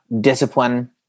discipline